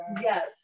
yes